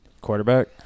Quarterback